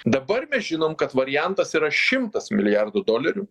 dabar mes žinom kad variantas yra šimtas milijardų dolerių